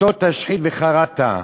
אותו תשחית וכרתָּ".